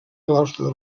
claustre